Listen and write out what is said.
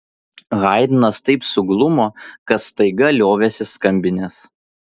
haidnas taip suglumo kad staiga liovėsi skambinęs